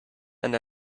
and